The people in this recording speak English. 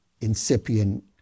incipient